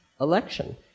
election